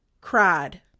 cried